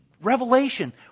Revelation